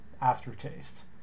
aftertaste